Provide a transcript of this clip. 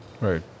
Right